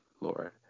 lord